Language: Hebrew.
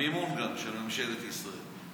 המימון גם של ממשלת ישראל.